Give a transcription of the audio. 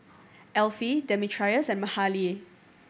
Elfie Demetrios and Mahalie